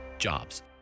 jobs